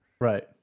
Right